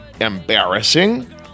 Embarrassing